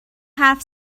حرف